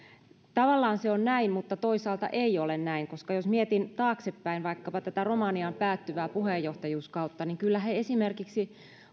tavallaan se on näin mutta toisaalta ei ole näin koska jos mietin taaksepäin vaikkapa tätä romanian päättyvää puheenjohtajuuskautta niin kyllä he esimerkiksi